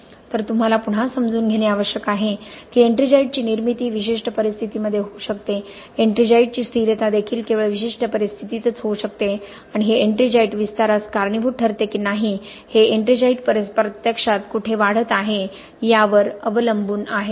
तर तुम्हाला पुन्हा समजून घेणे आवश्यक आहे की एट्रिंजाइटची निर्मिती विशिष्ट परिस्थितींमध्ये होऊ शकते एट्रिंगाइटची स्थिरता देखील केवळ विशिष्ट परिस्थितीतच होऊ शकते आणि हे एट्रिंजाइट विस्तारास कारणीभूत ठरते की नाही हे एट्रिंजाइट प्रत्यक्षात कुठे वाढत आहे यावर अवलंबून आहे